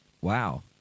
wow